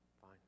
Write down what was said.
Fine